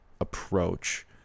approach